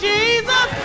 Jesus